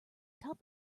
top